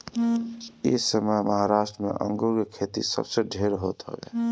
एसमय महाराष्ट्र में अंगूर के खेती सबसे ढेर होत हवे